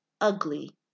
ugly